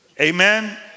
Amen